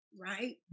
right